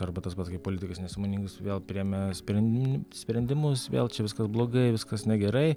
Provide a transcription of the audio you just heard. arba tas pats kaip politikas nesąmoningus vėl priėmė sprenm sprendimus vėl čia viskas blogai viskas negerai